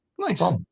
Nice